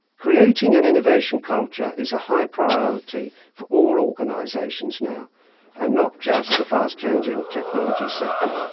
creating an innovation culture is a high priority for all organisations now and not just the fast changing technology sector.